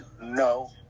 no